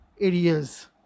areas